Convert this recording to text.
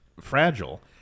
fragile